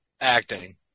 acting